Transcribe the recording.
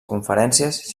conferències